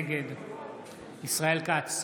נגד ישראל כץ,